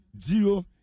zero